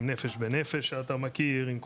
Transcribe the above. עם נפש בנפש אם אתה מכיר,